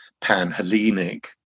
Pan-Hellenic